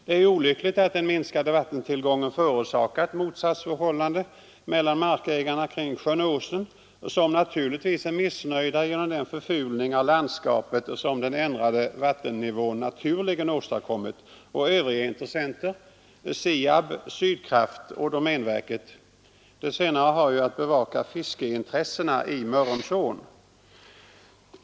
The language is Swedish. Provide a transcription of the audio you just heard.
Det är ju olyckligt att den minskade vattentillgången förorsakat motsatsförhållanden mellan markägarna kring sjön Åsnen, som givetvis är missnöjda genom den förfulning av landskapet som den ändrade vattennivån naturligen åstadkommit, och övriga intressenter — SIAB, Sydkraft och domänverket. Det senare har ju att bevaka fiskeintressena i Mörrumsån.